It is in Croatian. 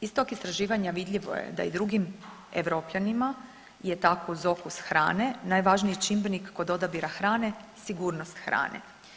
Iz tog istraživanja vidljivo je da je i drugim Europljanima je tako uz okus hrane najvažniji čimbenik kod odabira hrane sigurnost hrane.